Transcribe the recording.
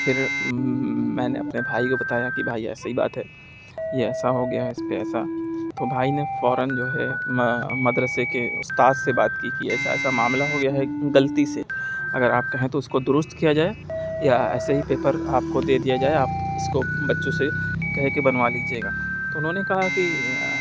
پھر میں نے اپنے بھائی کو بتایا کہ بھائی ایسی بات ہے یہ ایسا ہو گیا ہے اس پہ ایسا تو بھائی نے فوراََ جو ہے مدرسے کے استاد سے بات کی کہ ایسا ایسا معاملہ ہو گیا ہے غلطی سے اگر آپ کہیں تو اس کو درست کیا جائے یا ایسے ہی پیپر آپ کو دے دیا جائے آپ اس کو بچوں سے کہہ کے بنوا لیجیے گا تو انہوں نے کہا کہ